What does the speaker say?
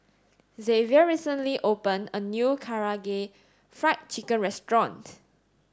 Xavier recently opened a new Karaage Fried Chicken restaurant